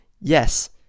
Yes